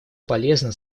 полезно